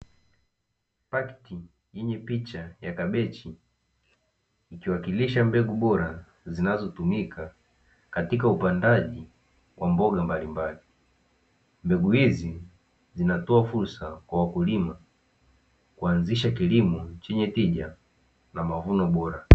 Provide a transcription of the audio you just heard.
Pakiti yenye picha ya kabichi ikiwakilisha mbegu bora zinazo tumika katika upandaji wa mboga mbalimbali, mbegu hizi zinatoa fursa kwa wakulima kuanzisha kilimo chenye tija na mavuno bora.